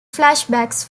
flashbacks